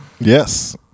Yes